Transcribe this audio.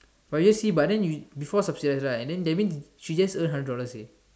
but you see but then we before subsidize right and then that means she just earn hundred dollars already